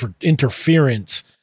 interference